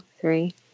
three